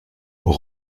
aux